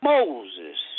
Moses